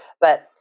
but-